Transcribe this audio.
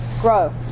grow